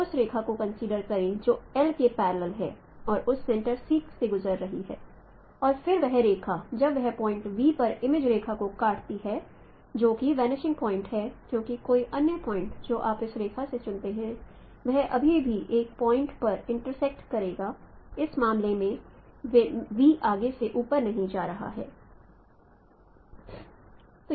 उस रेखा को कंसीडर करें जो L के पैरलेल है और उस सेंटर C से गुजर रही है और फिर वह रेखा जब वह पॉइंट V पर इमेज रेखा को काटती है जो कि वनिषिंग पॉइंट है क्योंकि कोई अन्य पॉइंट जो आप इस रेखा से चुनते हैं यह अभी भी एक पॉइंट पर इंटरसेक्ट करेगा इस मामले में V आगे से ऊपर नहीं जा रहा है